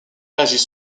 réagit